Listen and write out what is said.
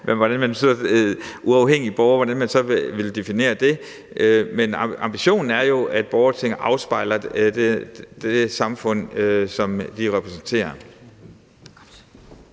hvordan man så vil definere det. Men ambitionen er jo, at borgertinget afspejler det samfund, som det repræsenterer.